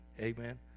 Amen